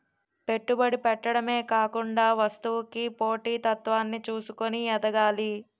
పెట్టుబడి పెట్టడమే కాకుండా వస్తువుకి పోటీ తత్వాన్ని చూసుకొని ఎదగాలి